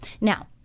Now